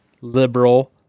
liberal